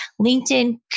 LinkedIn